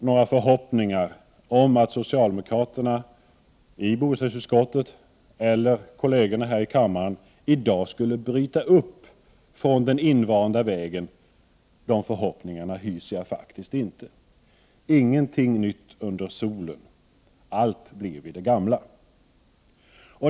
Några förhoppningar om att socialdemokraterna i bostadsutskottet eller deras kolleger i denna kammare i dag skulle bryta upp från den invanda vägen har jag inte. Ingenting nytt under solen. Allt blir vid det gamla.